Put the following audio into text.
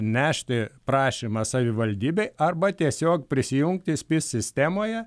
nešti prašymą savivaldybei arba tiesiog prisijungti spis sistemoje